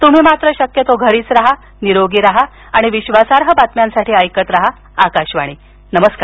तुम्ही मात्र शक्यतो घरीच राहा निरोगी राहा आणि विश्वासार्ह बातम्यांसाठी ऐकत राहा आकाशवाणी नमस्कार